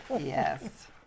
yes